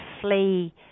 flee